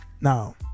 now